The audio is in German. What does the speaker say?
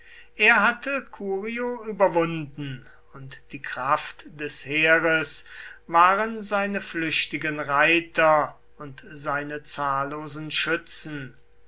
er hatte curio überwunden und die kraft des heeres waren seine flüchtigen reiter und seine zahllosen schützen